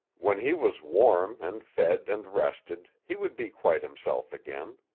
when he was warm and fed and rested, he would be quite himself again.